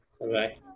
Bye-bye